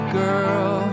girl